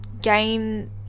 gain